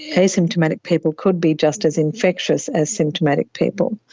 asymptomatic people could be just as infectious as symptomatic people.